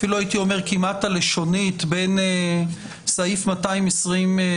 אפילו הייתי אומר כמעט לשונית, בין סעיף 220ב(א)